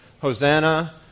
Hosanna